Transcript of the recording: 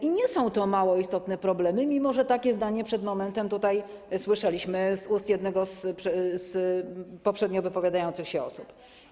I nie są to mało istotne problemy, mimo że takie zdanie przed momentem słyszeliśmy z ust jednej z poprzednio wypowiadających się osób.